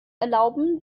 erlauben